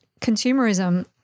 consumerism